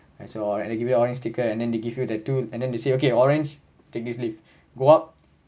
I saw and they give you orange sticker and then they give you the two and then they say okay orange take this lift go up